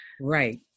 Right